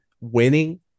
winning